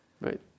Right